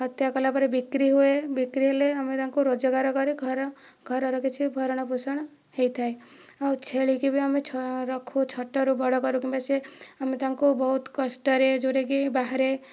ହତ୍ୟା କଲାପରେ ବିକ୍ରି ହୁଏ ବିକ୍ରି ହେଲେ ଆମେ ତାଙ୍କୁ ରୋଜଗାର କରି ଘର ଘରର କିଛି ଭରଣ ପୋଷଣ ହୋଇଥାଏ ଆଉ ଛେଳି କି ବି ଆମେ ଛ ରଖୁ ଛୋଟ ରୁ ବଡ଼ କରୁ କିମ୍ବା ସେ ଆମେ ତାଙ୍କୁ ବହୁତ କଷ୍ଟରେ ଯେଉଁଟା କି ବାହାରେ